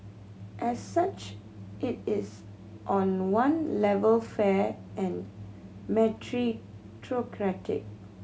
as such it is on one level fair and meritocratic